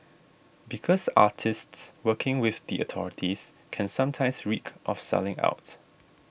because artists working with the authorities can sometimes reek of selling out